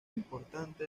importante